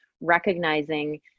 recognizing